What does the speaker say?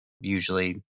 usually